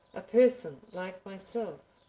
a person like myself.